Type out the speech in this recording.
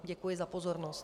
Děkuji za pozornost.